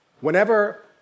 whenever